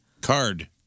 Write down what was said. Card